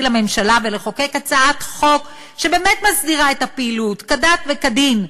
לממשלה ולחוקק הצעת חוק שבאמת מסדירה את הפעילות כדת וכדין,